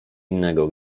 innego